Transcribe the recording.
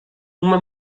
uma